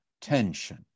tension